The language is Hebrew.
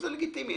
זה לגיטימי.